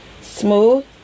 smooth